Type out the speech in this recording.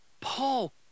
Paul